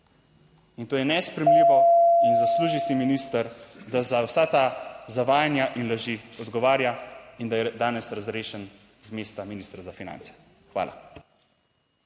in to je nesprejemljivo in zasluži si minister, da za vsa ta zavajanja in laži odgovarja, in da je danes razrešen z mesta ministra za finance. Hvala.